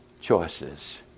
choices